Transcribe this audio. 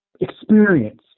experienced